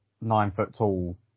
nine-foot-tall